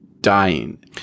dying